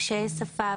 קשיי שפה,